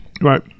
Right